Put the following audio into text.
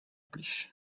plij